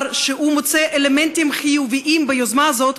שהוא מוצא אלמנטים חיוביים ביוזמה הזאת,